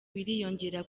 biriyongera